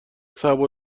صعب